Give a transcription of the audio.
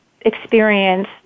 experience